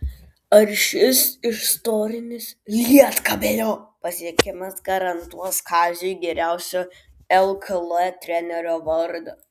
ar šis istorinis lietkabelio pasiekimas garantuos kaziui geriausio lkl trenerio vardą